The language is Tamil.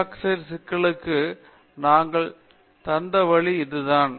விஸ்வநாதன் இந்த CO2 சிக்கலுக்கு நாங்கள் தந்த வழி இதுதான்